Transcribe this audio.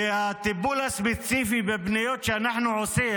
והטיפול הספציפי בפניות שאנחנו עושים,